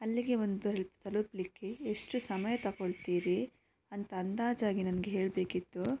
ಅಲ್ಲಿಗೆ ಬಂದು ತಲುಪಲಿಕ್ಕೆ ಎಷ್ಟು ಸಮಯ ತಗೊಳ್ತೀರಿ ಅಂತ ಅಂದಾಜಾಗಿ ನನಗೆ ಹೇಳ್ಬೇಕಿತ್ತು